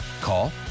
Call